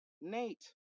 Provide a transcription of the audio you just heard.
Nate